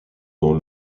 dans